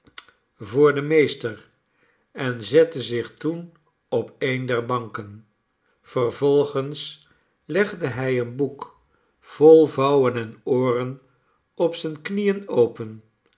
voor den meester en zette zich toen op een der banken yervolgens legde hij een boek vol vouwen en ooren op zijne knieen open